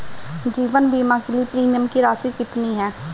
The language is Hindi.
जीवन बीमा के लिए प्रीमियम की राशि कितनी है?